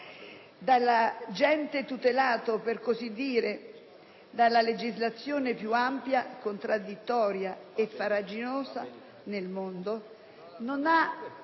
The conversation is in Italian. sindacalese?), tutelato, per così dire, dalla legislazione più ampia, contraddittoria e farraginosa del mondo, non ha